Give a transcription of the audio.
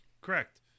Correct